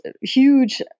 huge